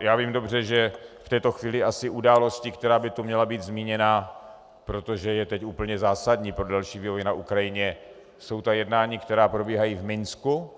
Já vím dobře, že v této chvíli asi událostí, která by tu měla být zmíněna, protože je teď úplně zásadní pro další vývoj na Ukrajině, jsou jednání, která probíhají v Minsku